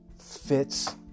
fits